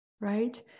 right